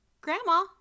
Grandma